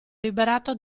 liberato